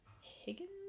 Higgins